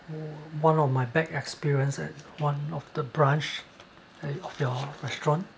one of my bad experience at one of the branch at of your restaurant